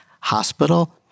hospital